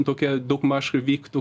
tokia daugmaž vyktų